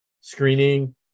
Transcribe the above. screening